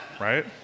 right